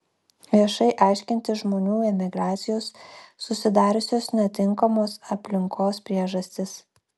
viešai aiškintis žmonių emigracijos susidariusios netinkamos aplinkos priežastis